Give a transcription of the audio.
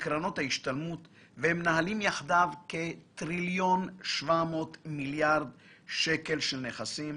ובקרנות ההשתלמות והם מנהלים יחדיו כטריליון 700 מיליארד שקל של נכסים,